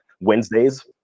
Wednesdays